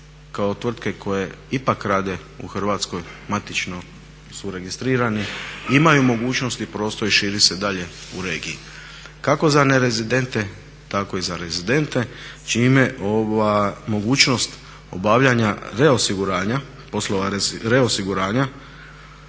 kao tvrtke koje ipak rade u Hrvatskoj, matično su registrirani, imaju mogućnost i prostor širiti se dalje u regiji. Kako za nerezidente tako i za rezidente čime ova mogućnost obavljanja poslova reosiguranja